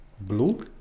Blue